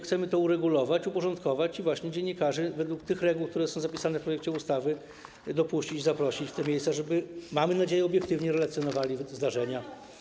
Chcemy to uregulować, uporządkować i dopuścić dziennikarzy według reguł, które są zapisane w projekcie ustawy, zaprosić ich w te miejsca, żeby, mamy nadzieję, obiektywnie relacjonowali zdarzenia.